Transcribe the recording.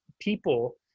people